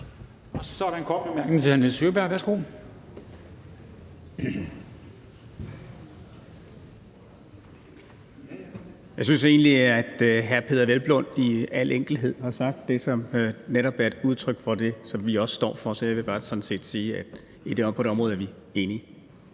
Så er der en kort bemærkning til hr. Nils Sjøberg. Værsgo. Kl. 14:15 Nils Sjøberg (RV): Jeg synes egentlig, at hr. Peder Hvelplund i al enkelhed har sagt det, som netop er udtryk for det, som vi også står for, så jeg vil bare sådan set sige, at på det område er vi enige.